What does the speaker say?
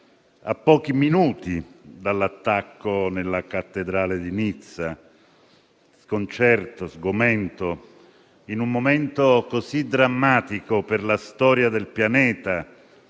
a pochi minuti dall'attacco nella cattedrale di Nizza per esprimere sconcerto e sgomento, in un momento così drammatico per la storia del pianeta,